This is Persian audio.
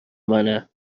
منه